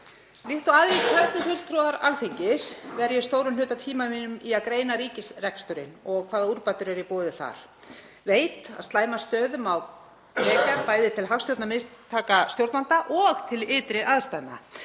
Líkt og aðrir kjörnir fulltrúar Alþingis ver ég stórum hluta af tíma mínum í að greina ríkisreksturinn og hvaða úrbætur eru í boði. Ég veit að slæma stöðu má rekja bæði til hagstjórnarmistaka stjórnvalda og til ytri aðstæðna,